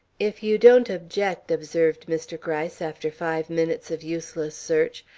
if you don't object, observed mr. gryce, after five minutes of useless search,